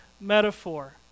metaphor